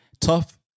tough